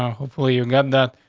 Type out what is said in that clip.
ah hopefully you've got that.